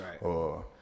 Right